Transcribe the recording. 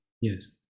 Yes